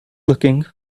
looking